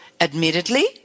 admittedly